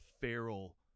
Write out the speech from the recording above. feral